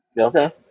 Okay